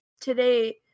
today